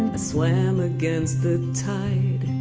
ah swam against the tide